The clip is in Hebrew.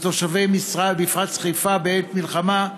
לתושבי מפרץ חיפה בעת מלחמה,